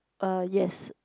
uh yes